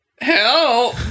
Help